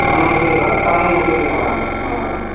సోనా మసూరి కావాలా కలిపిన మసూరి కావాలా సావాలా